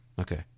Okay